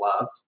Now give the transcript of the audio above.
love